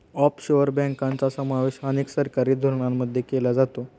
offshore बँकांचा समावेश अनेक सरकारी धोरणांमध्ये केला जातो